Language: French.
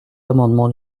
amendement